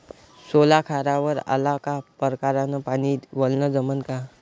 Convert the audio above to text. सोला खारावर आला का परकारं न पानी वलनं जमन का?